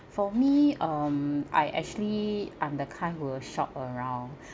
for me um I actually I'm the kind who will shop around